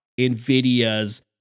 NVIDIA's